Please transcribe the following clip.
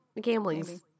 Gambling's